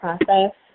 process